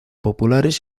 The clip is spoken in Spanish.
populares